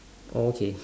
oh okay